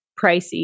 pricey